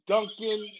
Duncan